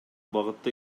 багытта